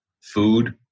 food